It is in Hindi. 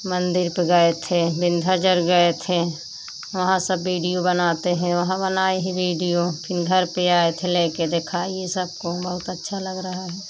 मंदिर पर गए थे विंदयाचल गए थे वहाँ सब बीडियो बनाते हैं वहाँ बनाए हैं भिडियो फिन घर पर आए थे लेकर देखाए यह सब को बहुत अच्छा लग रहा है